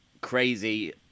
crazy